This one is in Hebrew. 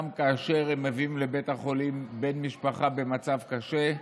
וגם כאשר הם מביאים לבית החולים בן משפחה במצב קשה,